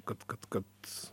kad kad kad